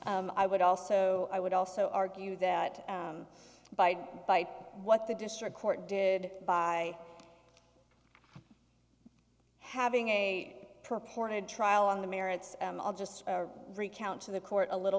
i would also i would also argue that by what the district court did by having a purported trial on the merits i'll just recount to the court a little